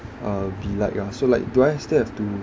uh be like ah so like do I still have to